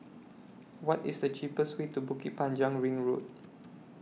What IS The cheapest Way to Bukit Panjang Ring Road